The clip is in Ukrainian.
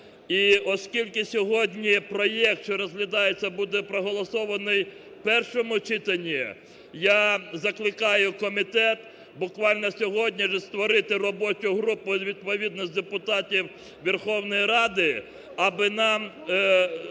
оскільки сьогодні проект, що розглядається, буде проголосований в першому читанні, я закликаю комітет буквально сьогодні створити робочу групу відповідно з депутатів Верховної Ради, аби нам